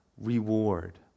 reward